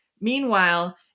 Meanwhile